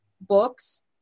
books